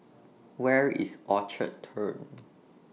Where IS Orchard Turn